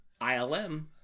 ILM